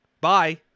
Bye